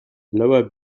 lower